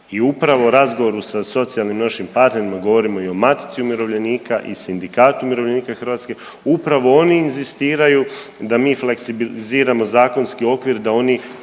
I upravo u razgovoru sa socijalnim našim partnerima govorimo i o Matici umirovljenika i Sindikatu umirovljenika Hrvatske. Upravo oni inzistiraju da mi fleksibiliziramo zakonski okvir, da oni